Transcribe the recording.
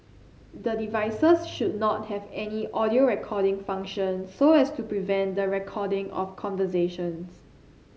the devices should not have any audio recording function so as to prevent the recording of conversations